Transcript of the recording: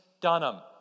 Dunham